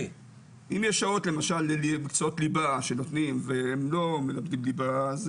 אם יש שעות למשל למקצועות ליבה שנותנים והם לא מלמדים ליבה,